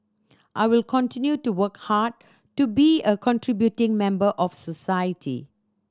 I will continue to work hard to be a contributing member of society